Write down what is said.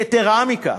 יתרה מכך,